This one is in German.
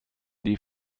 die